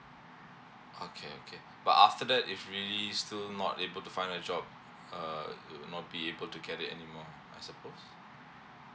okay okay but after that if really still not able to find a job uh it will not be able to get it anymore I suppose